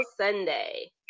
sunday